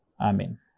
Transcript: Amen